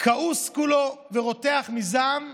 כעוס כולו ורותח מזעם,